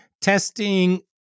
testing